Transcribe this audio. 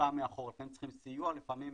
טיפה מאחור, לכן הם צריכים סיוע, לפעמים